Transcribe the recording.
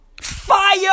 Fire